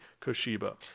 Koshiba